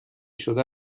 شده